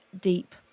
deep